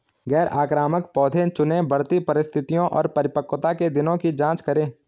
गैर आक्रामक पौधे चुनें, बढ़ती परिस्थितियों और परिपक्वता के दिनों की जाँच करें